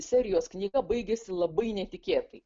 serijos knyga baigiasi labai netikėtai